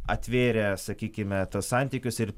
atvėrė sakykime tuos santykius ir